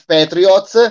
Patriots